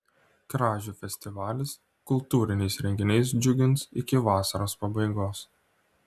kražių festivalis kultūriniais renginiais džiugins iki vasaros pabaigos